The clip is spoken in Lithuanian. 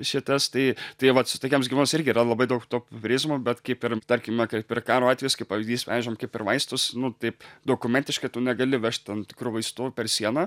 šitas tai tai vat su tokiems gyvūnams irgi yra labai daug to popierizmo bet kaip ir tarkim na kaip ir karo atvejis kai pavyzdys vežėm kaip ir vaistus nu taip dokumentiškai tu negali vežt tam tikrų vaistų per sieną